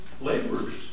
laborers